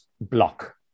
block